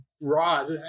rod